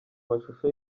mashusho